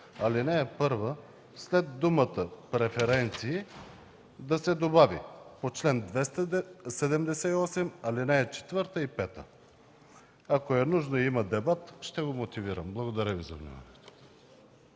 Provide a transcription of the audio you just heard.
ал. 1 – след думата „преференции” да се добави: „по чл. 278, ал. 4 и 5”. Ако е нужно и има дебат, ще го мотивирам. Благодаря Ви за вниманието.